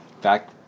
back